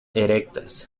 erectas